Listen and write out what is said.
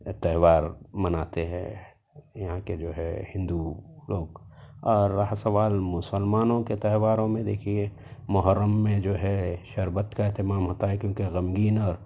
تہوار مناتے ہیں یہاں کے جو ہے ہندو لوگ اور رہا سوال مسلمانوں کے تہواروں میں دیکھیے محرم میں جو ہے شربت کا اہتمام ہوتا ہے کیونکہ غمگین اور